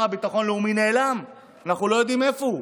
השר לביטחון לאומי נעלם ואנחנו לא יודעים איפה הוא,